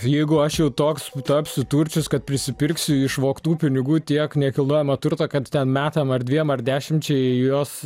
jeigu aš jau toks tapsiu turčius kad prisipirksiu iš vogtų pinigų tiek nekilnojamą turto kad ten metam ar dviem ar dešimčiai juos